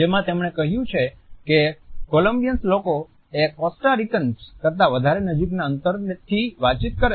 જેમાં તેમણે કહ્યું છે કે કોલમ્બિયન લોકો એ કોસ્ટા રિકન્સ કરતા વધારે નજીકના અંતરેથી વાતચીત કરે છે